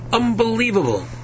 unbelievable